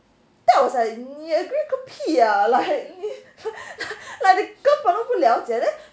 that was like 你 agree 个屁啊 like 你根本不了解 then